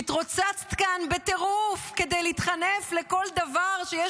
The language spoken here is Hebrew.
שהתרוצצת כאן בטירוף כדי להתחנף לכל דבר שיש